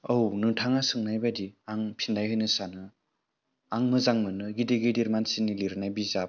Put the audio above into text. औ नोंथाङा सोंनायबायदि आं फिननाय होनो सानो आं मोजां मोनो गिदिर गिदिर मानसिनि लिरनाय बिजाब